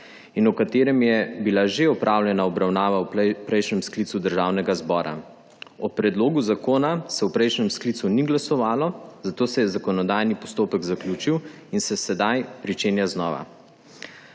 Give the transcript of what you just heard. in o katerem je bila že opravljena obravnava v prejšnjem sklicu državnega zbora. O predlogu zakona se v prejšnjem sklicu ni glasovalo, zato se je zakonodajni postopki zaključil in se sedaj začenja znova.